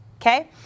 Okay